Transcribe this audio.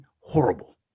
horrible